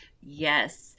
Yes